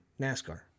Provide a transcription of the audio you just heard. NASCAR